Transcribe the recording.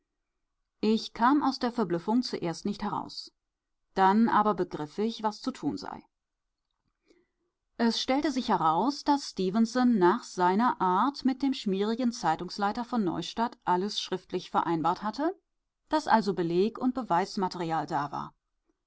ich kam aus der verblüffung zuerst nicht heraus dann aber begriff ich was zu tun sei es stellte sich heraus daß stefenson nach seiner art mit dem schmierigen zeitungsleiter von neustadt alles schriftlich vereinbart hatte daß also beleg und beweismaterial da war